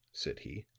said he.